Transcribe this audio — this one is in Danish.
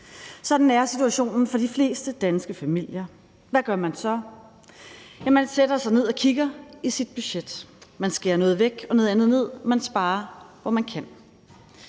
Sådan er situationen for de fleste danske familier. Hvad gør man så? Man sætter sig ned og kigger i sit budget. Man skærer noget væk og noget andet ned; man sparer, hvor man kan.